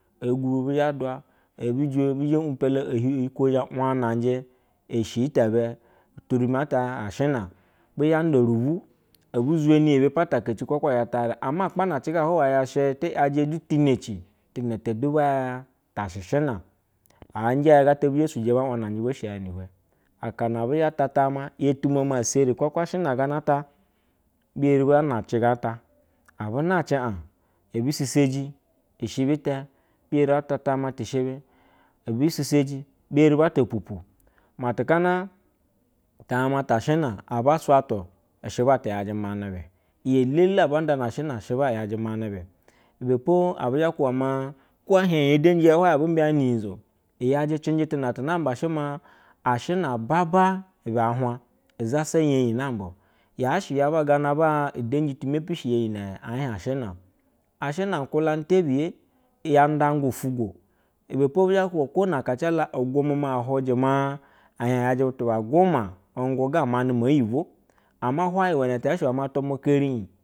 Ebi gubi bizhe dua e bejive eyi leo zhe wanaje eshite be eturumi pata ashina bi zhanda nbu ebi zhereni yabe pata akaci hwa uwa sam icpanaci hawaishe ti yaje tanajji na amuba ya tashe shina anje gata bizhe suji ba wanaje bo sheyani hive, akana abu zhata tama yotomo ma sere kwatewa ashina gomato gamata bi eri ba nake ganta abu nake a ebi sisetɛ ishite biri bata tama shabe ebi siseji bi eri bat pupu, matu kana tane ta ashina aba bwatu ishe aba t yaje na be, iyi lele abuna na shima she aba yejɛ manabe ibepo abu leuba ma ko ehie yen denje ya hulai abi mbiyane nyizo iyaje cinji na tuna ttu nama ashiri a baba ibe a hwa zasa yeji namba yashe yaba gama denji to mepi shiye hwai lsyme ahie ashena, ashina a tulaani te biya nda anga otago thepobu zatunako na gala iguma a lunje ma zhie yaje yaje butu ba guma ugu ga mane mo yibo ama hwak uhenete yakse unmelatwa keri ib